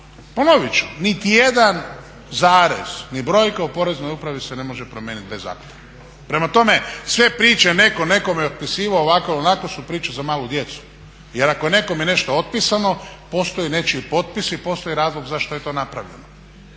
ponovit ću, niti jedan zarez ni brojka u Poreznoj upravi se ne može promijenit bez …. Prema tome, sve priče netko nekome otpisivao, ovako ili onako su priče za malu djecu jer ako je nekome nešto otpisano postoji nečiji potpis i postoji razlog zašto je to napravljeno.